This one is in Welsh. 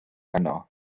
yno